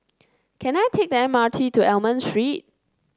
can I take the M R T to Almond Street